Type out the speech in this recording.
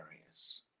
areas